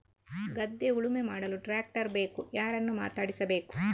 ಗದ್ಧೆ ಉಳುಮೆ ಮಾಡಲು ಟ್ರ್ಯಾಕ್ಟರ್ ಬೇಕು ಯಾರನ್ನು ಮಾತಾಡಿಸಬೇಕು?